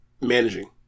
managing